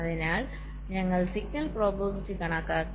അതിനാൽ ഞങ്ങൾ signal probability കണക്കാക്കി